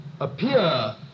appear